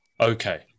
Okay